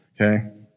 Okay